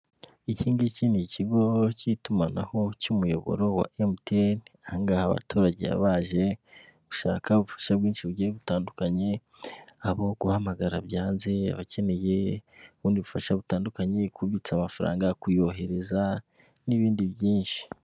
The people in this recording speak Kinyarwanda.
Iki ngiki ni iki ni ikigo cy'itumanaho cy'umuyoboro wa MTN, aha ngaha abaturage baba baje gushaka ubufasha bwinshi bugiye butandukanye, abo guhamagara byanze, abakeneye ubundi bufasha butandukanye, kubitsa amafaranga, kuyohereza n'ibindi byinshi.